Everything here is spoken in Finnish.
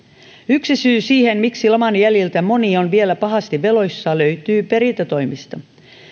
yksi syy siihen miksi laman jäljiltä moni on vielä pahasti veloissa löytyy perintätoimista